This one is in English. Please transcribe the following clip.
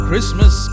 Christmas